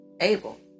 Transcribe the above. Abel